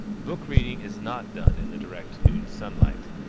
book-reading is not done in the direct noon-sunlight.